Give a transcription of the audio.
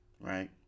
right